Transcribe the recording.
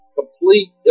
complete